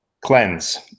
Cleanse